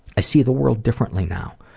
i see the world differently now.